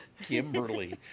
Kimberly